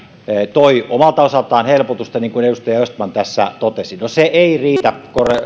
toi omalta osaltaan helpotusta niin kuin edustaja östman tässä totesi no se ei riitä